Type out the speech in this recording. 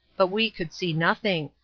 but we could see nothing.